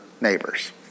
neighbors